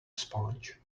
sponge